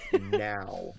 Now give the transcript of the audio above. now